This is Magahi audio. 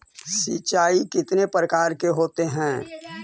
सिंचाई कितने प्रकार के होते हैं?